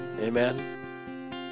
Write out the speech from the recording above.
amen